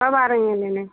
कब आ रही हैं लेने